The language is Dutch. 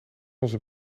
onze